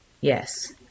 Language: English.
yes